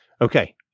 Okay